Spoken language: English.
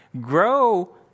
Grow